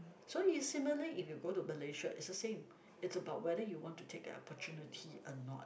so it's similarly if you go to Malaysia it's the same it's about whether you want to take the opportunity or not